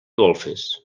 golfes